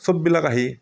চববিলাক আহি